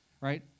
right